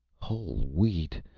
whole wheat!